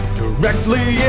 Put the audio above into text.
directly